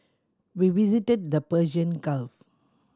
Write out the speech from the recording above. we visited the Persian Gulf